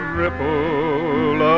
ripple